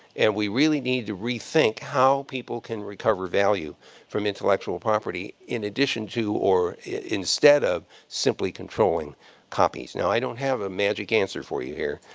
and we really need to rethink how people can recover value from intellectual property in addition to or instead of simply controlling copies. now, i don't have a magic answer for you here.